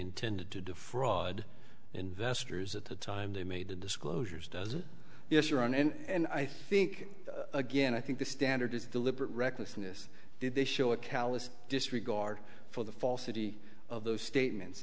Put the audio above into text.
intended to defraud investors at the time they made the disclosures does it yes or on and i think again i think the standard is deliberate recklessness did they show a callous disregard for the falsity of those statements